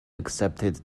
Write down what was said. accepted